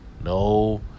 no